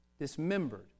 dismembered